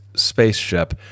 spaceship